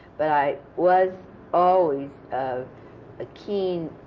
but i was always um a keen